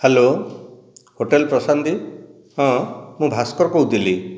hello hotel Prashanti ହଁ ମୁଁ ଭାସ୍କର କହୁଥିଲି